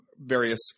various